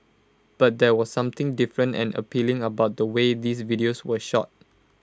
but there was something different and appealing about the way these videos were shot